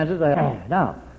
now